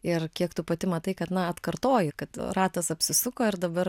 ir kiek tu pati matai kad na atkartoji kad ratas apsisuko ir dabar